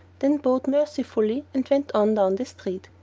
then bowed mercifully and went on down the street.